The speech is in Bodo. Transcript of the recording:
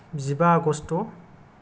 जिबा आगष्ट